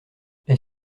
est